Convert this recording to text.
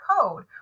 code